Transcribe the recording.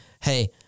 Hey